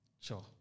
Sure